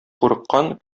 курыккан